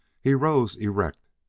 he rose erect,